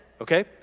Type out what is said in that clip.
okay